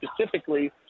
specifically